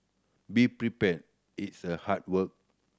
be prepared its a hard work